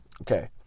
Okay